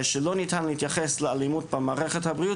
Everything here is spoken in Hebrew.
שלא ניתן להתייחס לאלימות במערכת הבריאות